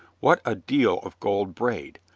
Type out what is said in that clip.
what a deal of gold braid!